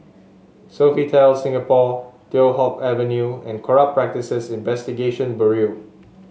Sofitel Singapore Teow Hock Avenue and Corrupt Practices Investigation Bureau